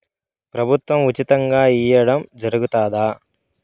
ప్రభుత్వం ఉచితంగా ఇయ్యడం జరుగుతాదా?